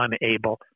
unable